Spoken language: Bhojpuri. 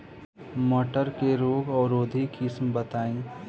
मटर के रोग अवरोधी किस्म बताई?